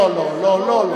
לא לא לא.